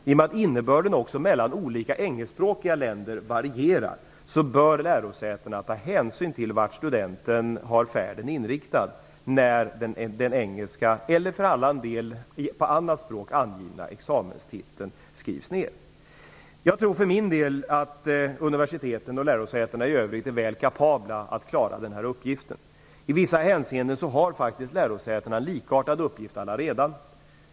I och med att innebörden också mellan olika engelskspråkiga länder varierar bör lärosätena ta hänsyn till vilken inriktning studenten har för sin färd när den engelska eller på annat språk angivna examenstiteln skrivs ned. Jag tror för min del att universitet och högskolor i övrigt är väl kapabla att klara denna uppgift. I vissa hänseenden har lärosätena allaredan en likartad uppgift.